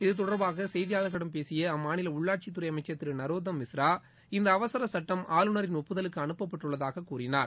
இத்தொடர்பாக செய்தியாளர்களிடம் பேசிய அம்மாநில உள்ளாட்சித்துறை அமைச்சர் திரு நரோத்தம் மிஸ்ரா இந்த அவசர சுட்டம் ஆளுநரின் ஒப்புதலுக்கு அனுப்பப்பட்டுள்ளதாகக் கூறினார்